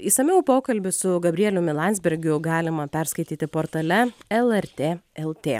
išsamiau pokalbį su gabrieliumi landsbergiu galima perskaityti portale lrt lt